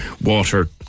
water